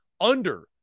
under-